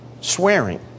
swearing